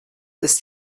ist